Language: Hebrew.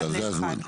בבקשה זה הזמן.